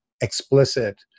explicit